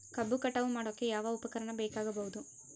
ಕಬ್ಬು ಕಟಾವು ಮಾಡೋಕೆ ಯಾವ ಉಪಕರಣ ಬೇಕಾಗಬಹುದು?